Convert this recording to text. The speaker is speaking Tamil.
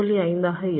5 ஆக இருக்கும்